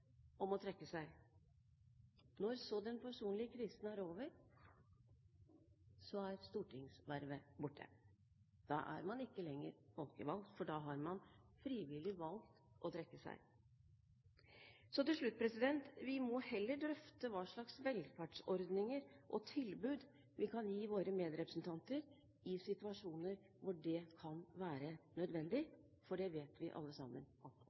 om å trekke seg. Når så den personlige krisen er over, er stortingsvervet borte. Da er man ikke lenger folkevalgt, for da har man frivillig valgt å trekke seg. Så til slutt: Vi må heller drøfte hva slags velferdsordninger og tilbud vi kan gi våre medrepresentanter i situasjoner hvor det kan være nødvendig. For det vet vi alle sammen